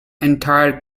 entire